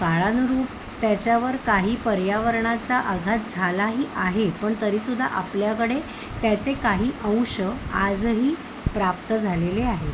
काळानुरूप त्याच्यावर काही पर्यावरणाचा अघात झालाही आहे पण तरी सुद्धा आपल्याकडे त्याचे काही अंश आजही प्राप्त झालेले आहे